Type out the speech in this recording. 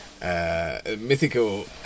mythical